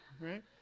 right